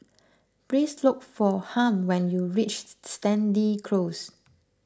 please look for Harm when you reach Stangee Close